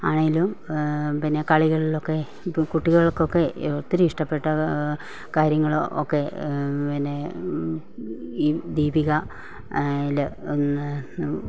ആണെങ്കിലും പിന്നെ കളികളിലൊക്കെ ഇപ്പോൾ കുട്ടികൾക്കൊക്കെ ഒത്തിരി ഇഷ്ടപെട്ടത് കാര്യങ്ങൾ ഒക്കെ പിന്നെ ഈ ദീപിക യില് ഒന്ന്